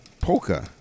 Polka